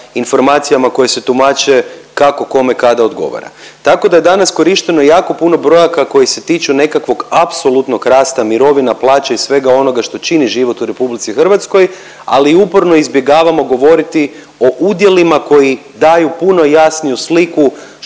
informacijama koje se tumače kako kome kada odgovara. Tako da je danas korišteno jako puno brojaka koje se tiču nekakvog apsolutnog rasta mirovina, plaća i svega onoga što čini život u RH, ali uporno izbjegavamo govoriti o udjelima koji daju puno jasniju sliku